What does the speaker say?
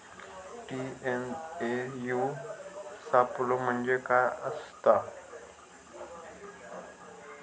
TNAU सापलो म्हणजे काय असतां?